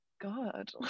God